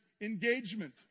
Engagement